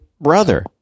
brother